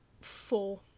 Four